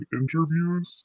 interviews